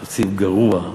גרוע,